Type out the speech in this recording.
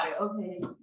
okay